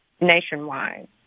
nationwide